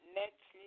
next